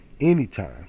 Anytime